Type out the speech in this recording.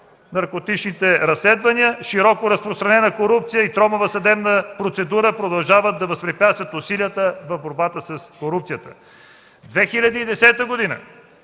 наркотичните разследвания, широко разпространена корупция и тромава съдебна процедура, продължават да възпрепятстват усилията в борбата с корупцията”. През 2010